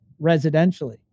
residentially